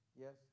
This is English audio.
Yes